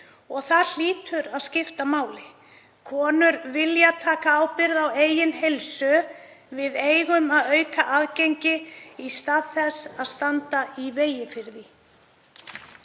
og það hlýtur að skipta máli. Konur vilja taka ábyrgð á eigin heilsu. Við eigum að auka aðgengi í stað þess að standa í veginum.